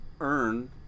earn